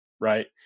Right